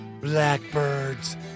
Blackbirds